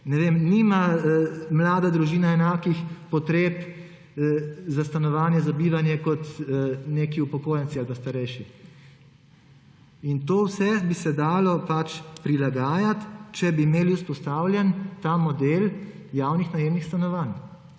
nima mlada družina enakih potreb za stanovanje, za bivanje kot neki upokojenci ali starejši. Vse to bi se dalo prilagajati, če bi imeli vzpostavljen model javnih najemnih stanovanj.